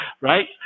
right